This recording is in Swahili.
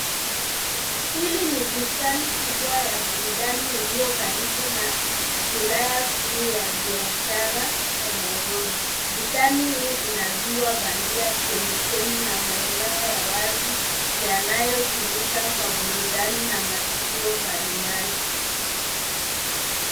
Hili ni bustani kubwa ya burudani iliyokaribu na wilaya kuu ya biashara ya Nairobi. Bustani hii ina ziwa bandia chemichemi na maeneo ya wazi yanayotumika kwa burudani na matukio mbalimbali.